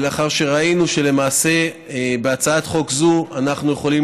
ולאחר שראינו למעשה שבהצעת חוק זו אנחנו יכולים